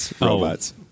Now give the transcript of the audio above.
Robots